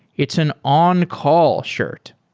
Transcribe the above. it's an on-call shirt.